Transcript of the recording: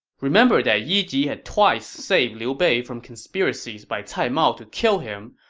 remember that yi ji had twice saved liu bei from conspiracies by cai mao to kill him,